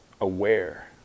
aware